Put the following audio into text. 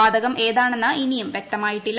വാതകം ഏതാണെന്ന് ഇനിയും വ്യക്തമായിട്ടില്ല